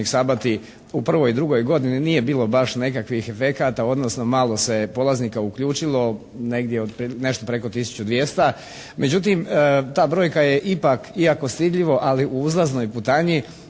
u prvoj i drugoj godini nije bilo baš nekakvih efekata odnosno malo se je polaznika uključilo. Negdje, nešto preko 1200. Međutim ta brojka je ipak iako stidljivo, ali u uzlaznoj putanji